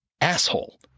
Asshole